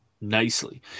nicely